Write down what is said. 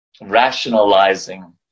rationalizing